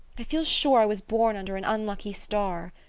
i feel sure i was born under an unlucky star.